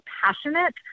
passionate